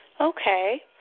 Okay